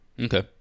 Okay